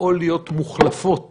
או להיות מוחלפות